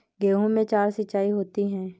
गेहूं में चार सिचाई होती हैं